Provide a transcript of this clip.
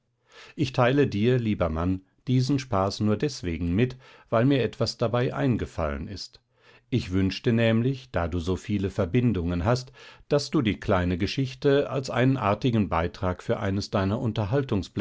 ich teile dir lieber mann diesen spaß nur deswegen mit weil mir etwas dabei eingefallen ist ich wünschte nämlich da du so viele verbindungen hast daß du die kleine geschichte als einen artigen beitrag für eines deiner